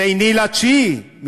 2 בספטמבר,